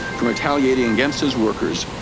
from retaliating against his workers.